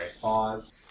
Pause